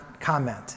comment